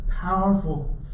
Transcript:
powerful